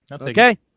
Okay